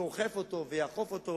והוא אוכף אותו ויאכוף אותו.